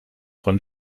von